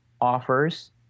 offers